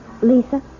Lisa